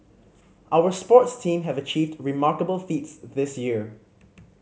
our sports team have achieved remarkable feats this year